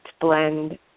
blend